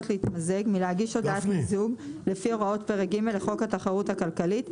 להתמזג מלהגיש הודעת מיזוג לפי הוראות פרק ג' לחוק התחרות הכלכלית,